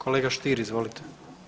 Kolega Stier, izvolite.